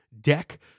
deck